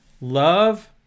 Love